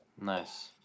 nice